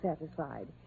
satisfied